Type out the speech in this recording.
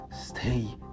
Stay